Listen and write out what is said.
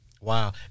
Wow